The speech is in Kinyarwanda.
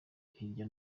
hirya